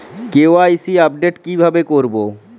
KYC update কিভাবে করবো?